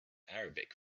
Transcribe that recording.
arabic